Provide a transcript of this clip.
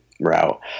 route